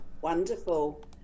Wonderful